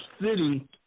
City